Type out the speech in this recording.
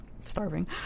starving